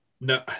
No